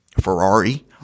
Ferrari